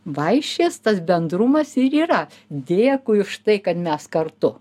vaišės tas bendrumas ir yra dėkui už tai kad mes kartu